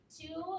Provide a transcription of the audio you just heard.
two